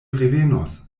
revenos